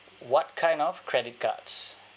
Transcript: what kind of credit cards